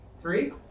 Three